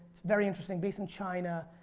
it's very interesting. based in china.